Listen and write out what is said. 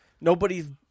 Nobody's